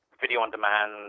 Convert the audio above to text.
video-on-demand